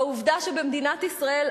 העובדה שבמדינת ישראל,